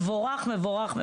מבורך.